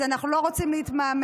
אז אנחנו לא רוצים להתמהמה,